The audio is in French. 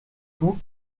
tout